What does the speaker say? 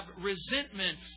resentment